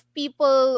people